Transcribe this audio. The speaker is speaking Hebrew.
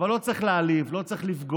אבל לא צריך להעליב, לא צריך לפגוע.